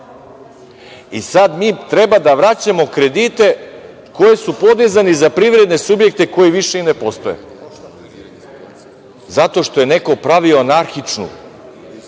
mi treba da vraćamo kredite koji su podizani za privredne subjekte koji više i ne postoje, zato što je neko pravio anarhičnu